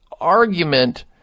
argument